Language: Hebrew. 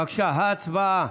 בבקשה, הצבעה.